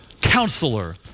counselor